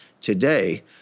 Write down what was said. Today